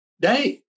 day